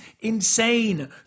insane